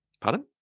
Pardon